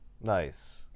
Nice